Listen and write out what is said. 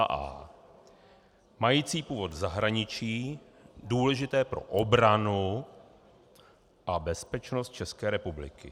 a) mající původ v zahraničí, důležité pro obranu a bezpečnost České republiky,